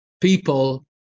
people